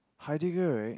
Heidegger right